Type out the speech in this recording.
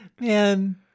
Man